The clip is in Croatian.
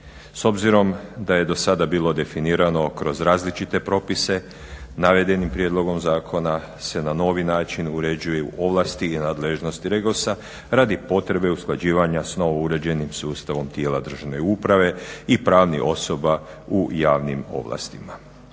S obzirom da je do sada bilo definirano kroz različite propise, navedenim prijedlogom zakona se na novi način uređuju ovlasti i nadležnosti REGOS-a radi potrebe usklađivanja s novo uređenim sustavom tijela državne uprave i pravnih osoba u javnim ovlastima.